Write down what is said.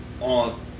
on